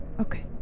Okay